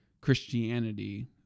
Christianity